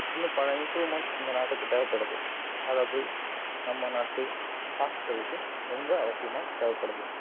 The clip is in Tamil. இன்னும் பல இம்ப்ரோவ்மென்ட்ஸ் இந்த நாட்டுக்கு தேவைப்படுது அதாவது நம்ம நாட்டு ஹாஸ்பிடலுக்கு ரொம்ப அவசியமாக தேவைப்படுது